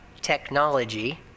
technology